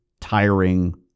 tiring